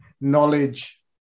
knowledge